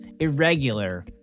irregular